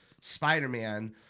Spider-Man